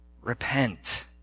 repent